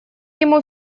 ему